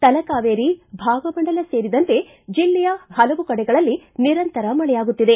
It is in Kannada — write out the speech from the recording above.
ತಲಕಾವೇರಿ ಭಾಗಮಂಡಲ ಸೇರಿದಂತೆ ಜಿಲ್ಲೆಯ ಹಲವು ಕಡೆಗಳಲ್ಲಿ ನಿರಂತರ ಮಳೆಯಾಗುತ್ತಿದೆ